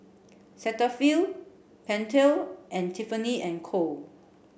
Cetaphil Pentel and Tiffany and Co